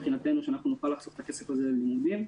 שאנחנו נוכל לחסוך את הכסף הזה ללימודים,